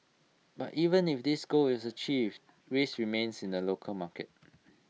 but even if this goal is achieved risks remains in the local market